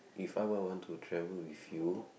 If I were want to travel with you